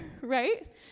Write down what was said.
right